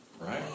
Right